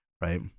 right